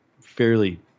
fairly